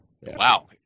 Wow